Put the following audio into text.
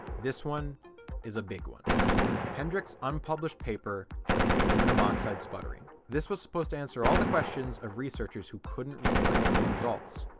this one is a big one hendrik's unpublished paper on his aluminum oxide sputtering. this was supposed to answer all the questions of researchers who couldn't recreate his results.